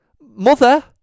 Mother